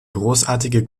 großartige